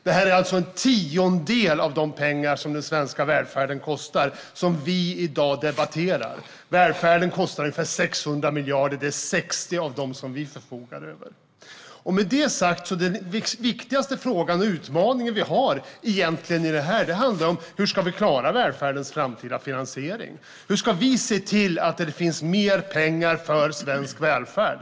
Det är en tiondel av de pengar som den svenska välfärden kostar som vi i dag debatterar. Välfärden kostar ungefär 600 miljarder; det är 60 av dem som vi förfogar över. Med det sagt är den viktigaste frågan och utmaningen vi har i det här hur vi ska klara välfärdens framtida finansiering. Hur ska vi se till att det finns mer pengar för svensk välfärd?